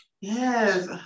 Yes